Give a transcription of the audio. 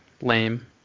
lame